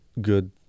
good